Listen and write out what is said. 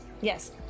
yes